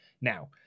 Now